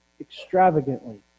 extravagantly